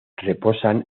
reposan